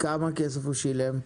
כמה כסף הוא שילם?